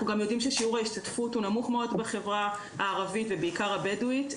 אנחנו יודעים שחברה הערבית ובפרט בחברה הבדואית,